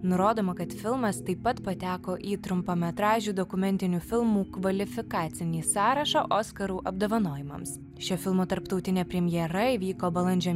nurodoma kad filmas taip pat pateko į trumpametražių dokumentinių filmų kvalifikacinį sąrašą oskarų apdovanojimams šio filmo tarptautinė premjera įvyko balandžio